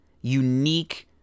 unique